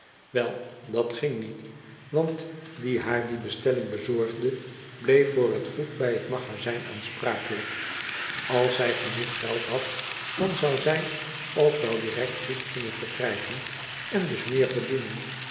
wel dat ging niet want die haar die bestelling bezorgde bleef voor het goed bij het magazyn aansprakelijk als zij genoeg geld had dan zou zij ook wel direct goed kunnen verkrijgen en dus meer verdienen